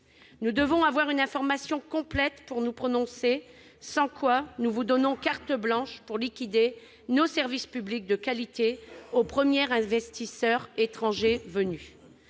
Nous devons disposer d'une information complète pour nous prononcer, sans quoi nous vous donnons carte blanche pour liquider nos services publics de qualité au premier investisseur étranger venu.